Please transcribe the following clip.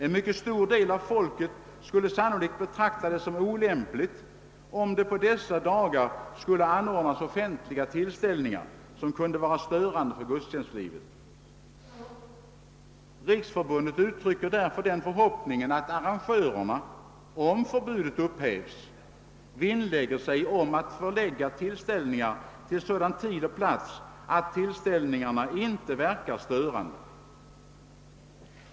En mycket stor del av folket skulle sannolikt betrakta det som olämpligt om det på dessa dagar skulle anordnas offentliga tillställningar som kunde vara störande för gudstjänstlivet. Riksförbundet uttrycker därför den förhoppningen att arrangörerna — om förbudet upphävs — vinnlägger sig om att förlägga tillställningarna till sådan tid och plats att tillställningarna inte verkar störande.